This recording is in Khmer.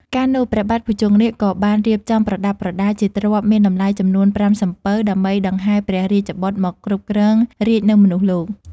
កាលនោះ ព្រះបាទភុជង្គនាគក៏បានរៀបចំប្រដាប់ប្រដា ជាទ្រព្យមានតម្លៃចំនួនប្រាំសំពៅ ដើម្បីដង្ហែព្រះរាជបុត្រមកគ្រប់គ្រងរាជ្យនៅមនុស្សលោក ។